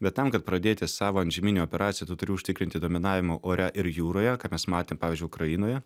bet tam kad pradėti savo antžeminę operaciją tu turi užtikrinti dominavimą ore ir jūroje ką mes matėm pavyzdžiui ukrainoje